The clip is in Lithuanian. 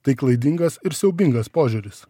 tai klaidingas ir siaubingas požiūris